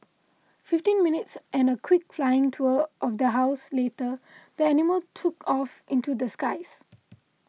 fifteen minutes and a quick flying tour of the house later the animal took off into the skies